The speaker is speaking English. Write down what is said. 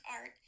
art